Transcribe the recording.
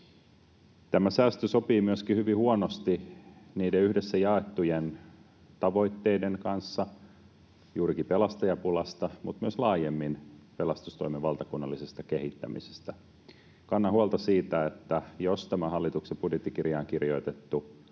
Tämä säästö sopii myöskin hyvin huonosti niiden yhdessä jaettujen tavoitteiden kanssa, juurikin pelastajapulasta mutta myös laajemmin pelastustoimen valtakunnallisesta kehittämisestä. Kannan huolta siitä, että jos tämä hallituksen budjettikirjaan kirjoitettu